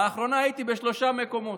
לאחרונה הייתי בשלושה מקומות,